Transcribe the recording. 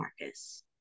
Marcus